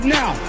now